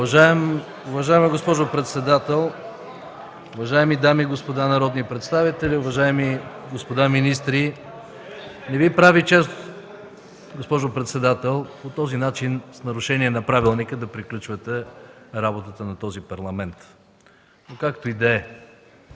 Уважаема госпожо председател, уважаеми дами и господа народни представители, уважаеми господа министри! Не Ви прави чест, госпожо председател, по този начин – с нарушение на правилника, да приключвате работата на този парламент. Както и да е.